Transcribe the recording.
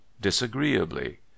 disagreeably